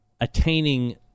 attaining